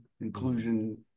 inclusion